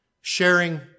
Sharing